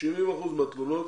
כ-70 אחוזים מהתלונות